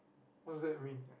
what's that mean